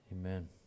Amen